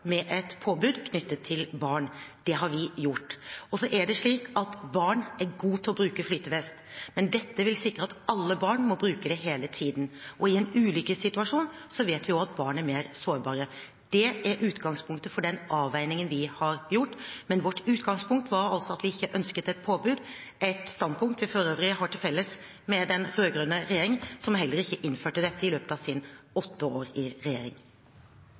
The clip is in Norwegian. fremme et forslag med et påbud knyttet til barn. Det har vi gjort. Så er det slik at barn er gode til å bruke flytevest, men dette vil sikre at alle barn må bruke det hele tiden. I en ulykkessituasjon vet vi at barn er mer sårbare. Det er utgangspunktet for den avveiningen vi har gjort. Men vårt utgangspunkt var altså at vi ikke ønsket et påbud, et standpunkt vi for øvrig har til felles med den rød-grønne regjeringen, som heller ikke innførte dette i løpet av sine åtte år i regjering.